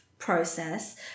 process